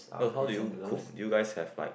oh how do you cook you guys have like